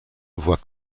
voit